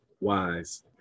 wise